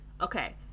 okay